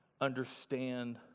understand